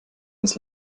ins